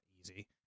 easy